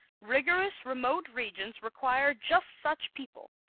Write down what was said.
rigorous, remote regions require just such people,